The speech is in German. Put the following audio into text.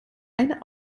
eine